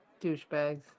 douchebags